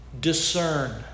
discern